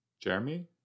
Jeremy